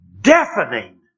deafening